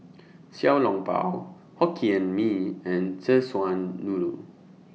Xiao Long Bao Hokkien Mee and Szechuan Noodle